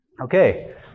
Okay